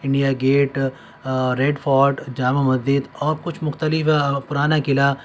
India gate red fort Jama Masjid اور کچھ مختلف پرانا قلعہ